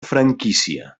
franquícia